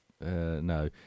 no